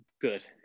Good